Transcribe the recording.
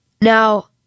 Now